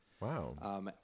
Wow